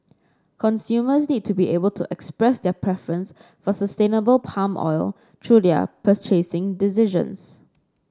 consumers need to be able to express their preference for sustainable palm oil through their purchasing decisions